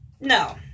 no